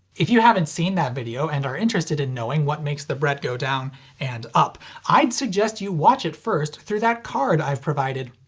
if you haven't seen that video and are interested in knowing what makes the bread go down and up i'd suggest you watch it first through that card i've provided.